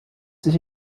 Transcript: sich